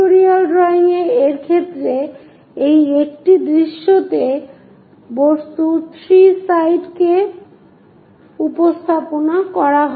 pictorial drawing এর ক্ষেত্রে এটি একটি দৃশ্যতে বস্তুর 3 সাইড কে উপস্থাপন করে